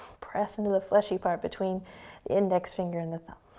press into the fleshy part between the index finger and the thumb.